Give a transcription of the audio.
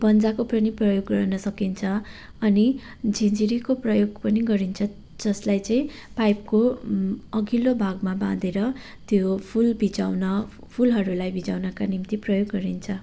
पन्जाको पनि प्रयोग गरिन सकिन्छ अनि झिँझिरीको प्रयोग पनि गरिन्छ जसलाई चाहिँ पाइपको अघिल्लो भागमा बाँधेर त्यो फुल भिजाउन फुलहरूलाई भिजाउनका निम्ति प्रयोग गरिन्छ